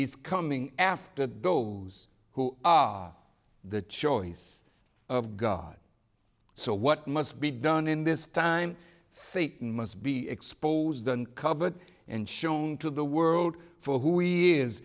he's coming after those who are the choice of god so what must be done in this time satan must be exposed and covered and shown to the world for who we